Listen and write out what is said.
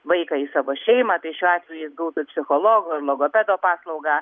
vaiką į savo šeimą tai šiuo atveju jis gautų psichologo ir logopedo paslaugą